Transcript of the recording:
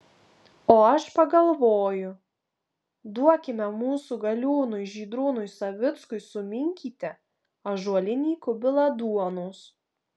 o aš pagalvoju duokime mūsų galiūnui žydrūnui savickui suminkyti ąžuolinį kubilą duonos